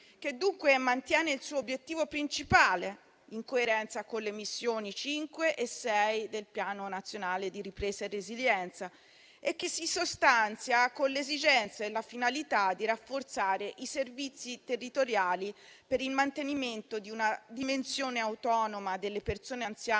che, dunque, mantiene il suo obiettivo principale, in coerenza con le missioni 5 e 6 del Piano nazionale di ripresa e resilienza, e che si sostanzia con le esigenze e la finalità di rafforzare i servizi territoriali per il mantenimento di una dimensione autonoma delle persone anziane